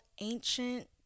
ancient